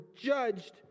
judged